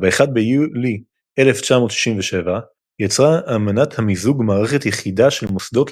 וב-1 ביולי 1967 יצרה אמנת המיזוג מערכת יחידה של מוסדות